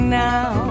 now